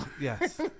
Yes